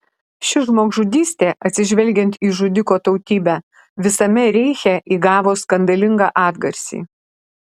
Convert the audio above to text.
ši žmogžudystė atsižvelgiant į žudiko tautybę visame reiche įgavo skandalingą atgarsį